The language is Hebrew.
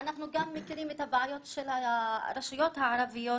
אנחנו מכירים גם את הבעיות של הרשויות הערביות,